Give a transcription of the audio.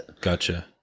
Gotcha